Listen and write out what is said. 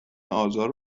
آزار